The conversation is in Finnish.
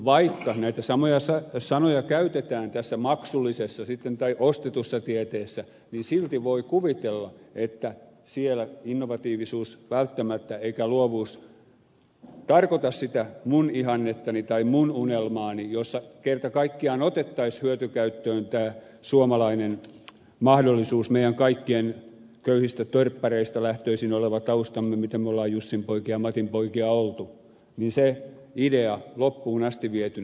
vaikka näitä samoja sanoja sitten käytetään tässä maksullisessa tai ostetussa tieteessä niin silti voi kuvitella että siellä innovatiivisuus ei välttämättä eikä luovuus tarkoita sitä minun ihannettani tai minun unelmaani jossa kerta kaikkiaan otettaisiin hyötykäyttöön tämä suomalainen mahdollisuus meidän kaikkien köyhistä torppareista lähtöisin oleva taustamme mitä me olemme jussinpoikia matinpoikia olleet se idea loppuun asti vietynä